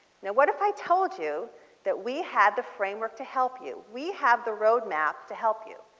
now what if i told you that we have the framework to help you. we have the road map to help you